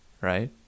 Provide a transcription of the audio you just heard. right